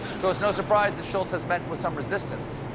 so it's no surprise that schultz has met with some resistance,